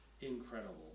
incredible